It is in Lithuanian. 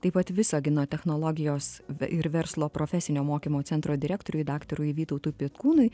taip pat visagino technologijos ir verslo profesinio mokymo centro direktoriui daktarui vytautui petkūnui